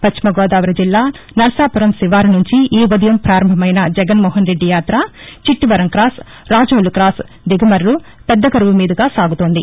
పశ్చిమ గోదావరి జిల్లా నరసాపురం శివారునుంచి ఈ ఉదయం ప్రారంభమైన జగన్మోహన్రెడ్డి యాత చిట్టివరం క్రాస్ రాజోలు క్రాస్ దిగమర్రు పెద్ద గరువు మీదుగా సాగుతోంది